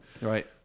right